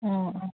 ꯑꯥ ꯑꯥ